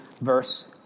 verse